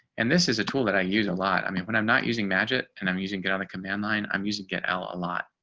and this is a tool that i use a lot. i mean, when i'm not using magic and i'm using it on the command line. i'm using it ah a lot.